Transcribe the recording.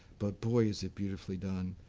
but boy is it beautifully done.